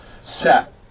set